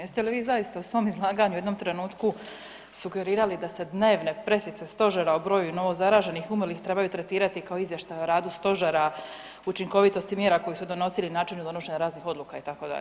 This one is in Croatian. Jeste li vi zaista u svom izlaganju u jednom trenutku sugerirali da se dnevne presice Stožera o broju novozaraženih i umrlih trebaju tretirati kao izvještaj o radu Stožera, učinkovitosti mjera koje su donosili, o načinu donošenja raznih odluka itd.